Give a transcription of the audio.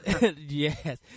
yes